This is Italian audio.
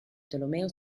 tolomeo